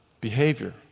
Behavior